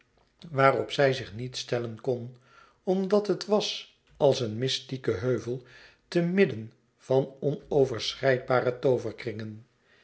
waarop zij zich nooit stellen kon omdat het was als een mystieke heuvel te midden van onoverschrijdbare tooverkringen